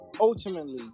Ultimately